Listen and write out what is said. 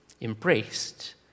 embraced